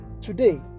Today